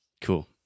Cool